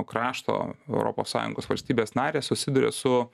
krašto europos sąjungos valstybės narės susiduria su